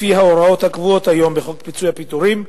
לפי ההוראות הקבועות היום בחוק פיצויי פיטורים,